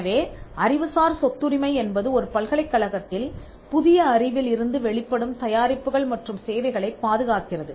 எனவே அறிவுசார் சொத்துரிமை என்பது ஒரு பல்கலைக்கழகத்தில் புதிய அறிவில் இருந்து வெளிப்படும் தயாரிப்புகள் மற்றும் சேவைகளைப் பாதுகாக்கிறது